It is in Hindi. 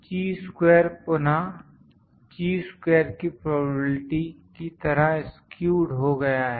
ची स्क्वेर पुनः ची स्क्वेर की प्रोबेबिलिटी की तरह स्क्यूड हो गया है